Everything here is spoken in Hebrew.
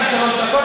נתת לי שלוש דקות,